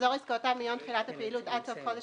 מחזור עסקאותיו מיום תחילת הפעילות עד סוף חודש